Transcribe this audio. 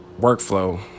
workflow